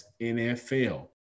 NFL